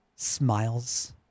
smiles